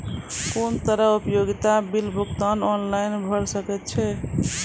कुनू तरहक उपयोगिता बिलक भुगतान ऑनलाइन भऽ सकैत छै?